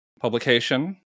publication